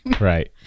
right